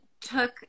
took